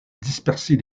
disperser